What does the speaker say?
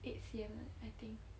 eight C_M ah I think